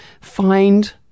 find